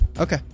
Okay